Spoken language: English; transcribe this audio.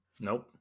nope